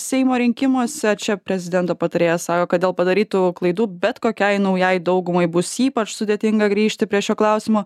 seimo rinkimuose čia prezidento patarėjas sako kad dėl padarytų klaidų bet kokiai naujajai daugumai bus ypač sudėtinga grįžti prie šio klausimo